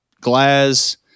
Glass